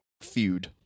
feud